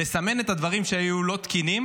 לסמן את הדברים שהיו לא תקינים